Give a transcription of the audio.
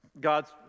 God's